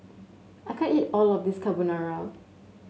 I can't eat all of this Carbonara